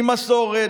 עם מסורת,